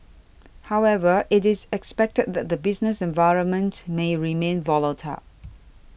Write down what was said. however it is expected that the business environment may remain volatile